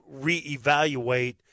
reevaluate –